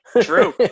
True